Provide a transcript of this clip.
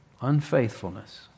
Unfaithfulness